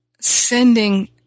sending